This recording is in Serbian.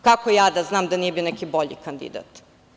Kako ja da znam da nije bio neki bolji kandidat?